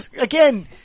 again